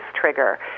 trigger